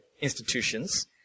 institutions